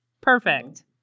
Perfect